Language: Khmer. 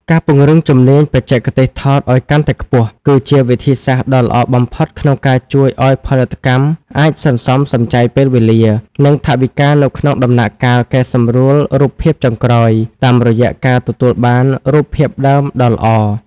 ការពង្រឹងជំនាញបច្ចេកទេសថតឱ្យកាន់តែខ្ពស់ គឺជាវិធីសាស្ត្រដ៏ល្អបំផុតក្នុងការជួយឱ្យផលិតកម្មអាចសន្សំសំចៃពេលវេលា និងថវិកានៅក្នុងដំណាក់កាលកែសម្រួលរូបភាពចុងក្រោយតាមរយៈការទទួលបានរូបភាពដើមដ៏ល្អ។